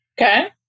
Okay